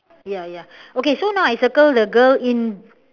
ya ya okay so now I circle the girl in